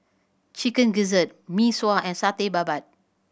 Chicken Gizzard Mee Sua and Satay Babat